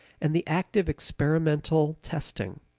and the active experimental testing.